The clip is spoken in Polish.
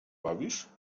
bawisz